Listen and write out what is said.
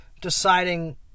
deciding